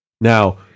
now